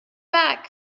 back